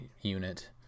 unit